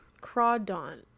Crawdon